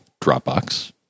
Dropbox